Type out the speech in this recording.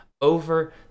over